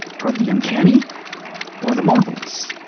toward the uncanny or the marvelous?